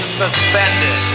suspended